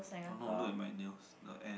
oh no look at my nails the air